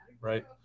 right